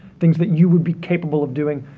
things that you would be capable of doing.